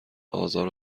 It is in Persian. آزار